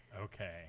Okay